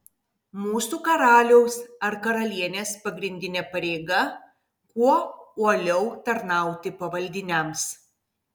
mūsų karaliaus ar karalienės pagrindinė pareiga kuo uoliau tarnauti pavaldiniams